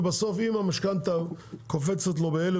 ובסוף אם המשכנתה קופצת לו ב-1,000